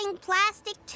plastic